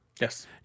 yes